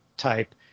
type